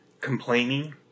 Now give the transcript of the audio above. complaining